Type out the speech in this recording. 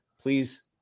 please